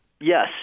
Yes